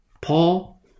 Paul